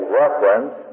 reference